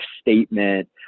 statement